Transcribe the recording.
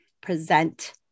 present